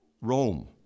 Rome